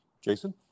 Jason